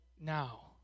now